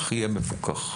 יהיה מפוקח.